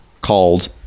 called